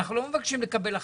אנחנו לא מבקשים לקבל החלטה,